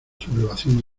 sublevación